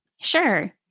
Sure